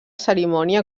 cerimònia